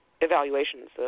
evaluations